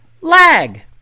lag